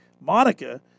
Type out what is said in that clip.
Monica